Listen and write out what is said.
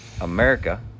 America